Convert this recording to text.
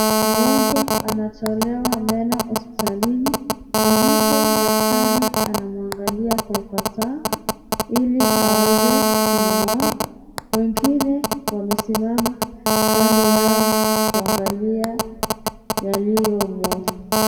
Mgonjwa anatolewa meno hospitalini. Ambapo daktari anamwangalia kwa ufasaha, ili aweze kumg'oa. Wengine wamesimama kando yao kuangalia yaliyomo.